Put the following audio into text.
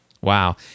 Wow